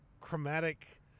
chromatic